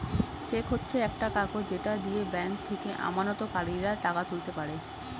check হচ্ছে একটা কাগজ যেটা দিয়ে ব্যাংক থেকে আমানতকারীরা টাকা তুলতে পারে